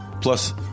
plus